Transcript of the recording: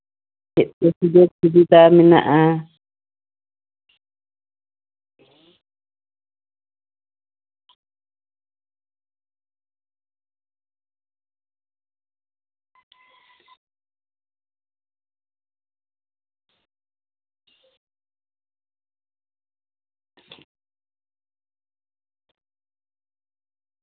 ᱪᱮᱫ ᱠᱚ ᱥᱩᱡᱳᱜᱽ ᱥᱩᱵᱤᱫᱟ ᱢᱮᱱᱟᱜᱼᱟ